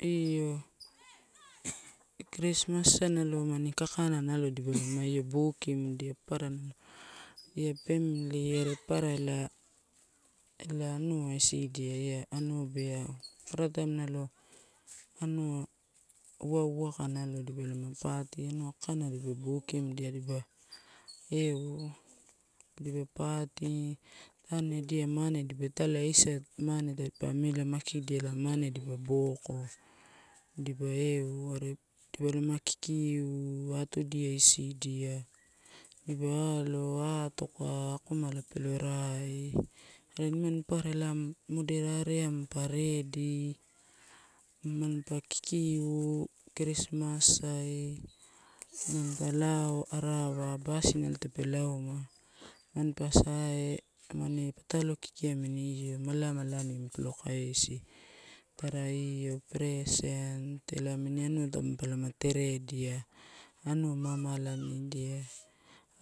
Io krismas nalo amani kakana nalo elipalama io bukimdia papara nalo ia pamili are papara ela anua isidia ia anua beau. Papara taim nalo anua uwauwa ka nalo dipalama party. Anua kakana elipa bukimua dipa party, tanedia mane italai eisa tadipa makidia ela mane dipa boko. Dipa are dipalama kikiu atudia isidia, dipa atoka akoma peloria, are nimani papara ela moderaeea manpa redi, mapa kikiu. Krismasai manpa lao arawa, nalo tape auma, mampa sae, amani patalo ki amini malala pa nilo kaisia. Tra io present anua tampaa loa ma teredia anua ama amaladia.